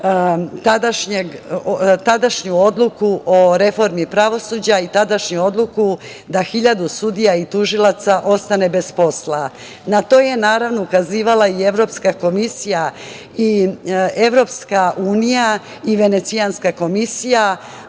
tadašnju odluku o reformi pravosuđa i tadašnju odluku da 1.000 sudija i tužilaca ostane bez posla. Na to je, naravno, ukazivala i Evropska komisija, Evropska unija i Venecijanska komisija,